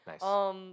Nice